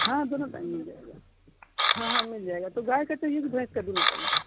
हाँ दोनों टाइम मिल जाएगा हाँ हाँ मिल जाएगा तो गाय का चाहिए कि भैंस का दोनों टाइम